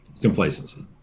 complacency